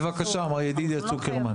בבקשה מר ידידיה צוקרמן.